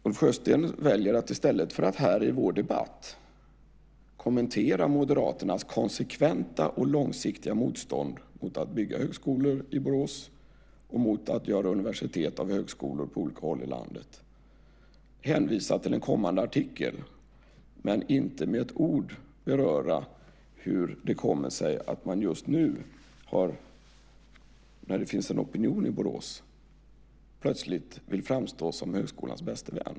Ulf Sjösten väljer, i stället för att här i vår debatt kommentera Moderaternas konsekventa och långsiktiga motstånd mot att bygga högskolor i Borås och mot att vi har universitet och högskolor på olika håll i landet, att hänvisa till en kommande artikel men inte med ett ord beröra hur det kommer sig att man just nu, när det finns en opinion i Borås, plötsligt vill framstå som högskolans bäste vän.